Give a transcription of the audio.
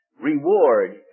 Reward